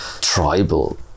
tribal